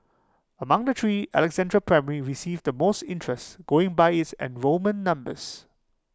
among the three Alexandra primary received the most interest going by its enrolment numbers